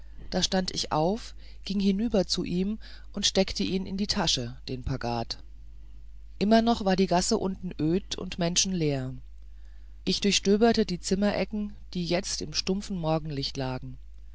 da stand ich auf ging hinüber zu ihm und steckte ihn in die tasche den pagad immer noch war die gasse unten öd und menschenleer ich durchstöberte die zimmerecke die jetzt im stumpfen morgenlichte lag